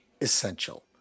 essential